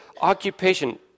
occupation